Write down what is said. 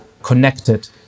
connected